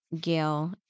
Gail